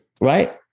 Right